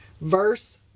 verse